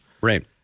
Right